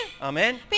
Amen